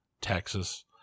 Texas